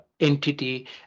Entity